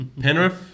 Penrith